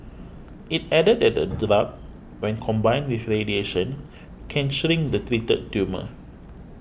it added that the drug when combined with radiation can shrink the treated tumour